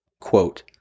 Quote